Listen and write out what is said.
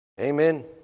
Amen